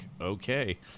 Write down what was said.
okay